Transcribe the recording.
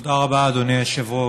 תודה רבה, אדוני היושב-ראש.